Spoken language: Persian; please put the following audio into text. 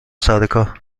سرکار